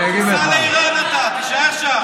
תיסע לאיראן, אתה, תישאר שם.